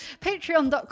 Patreon.com